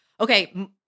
Okay